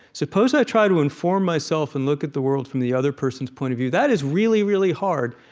suppose i try to inform myself and look at the world from the other person's point of view that is really, really hard,